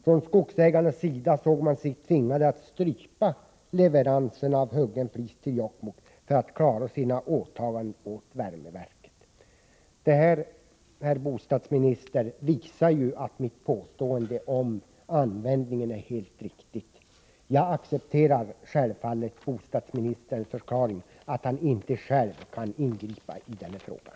Från Skogsägarnas sida såg man sig tvingade att strypa leveranserna av huggen flis till Jokkmokk för att klara sina åtaganden åt värmeverket.” Det här, herr bostadsminister, visar ju att mitt påstående om användningen är helt riktigt. Jag accepterar självfallet bostadsministerns förklaring att han själv inte kan ingripa i den här frågan.